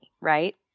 right